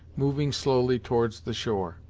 moving slowly towards the shore.